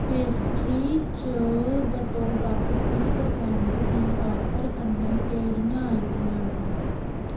pastry च घट्टोघट्ट त्रीह् प्रसैंट दी आफर कन्नै केह्ड़ियां आइटमां न